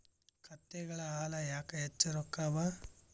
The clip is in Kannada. ಕತ್ತೆಗಳ ಹಾಲ ಯಾಕ ಹೆಚ್ಚ ರೊಕ್ಕ ಅವಾ?